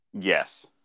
Yes